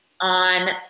on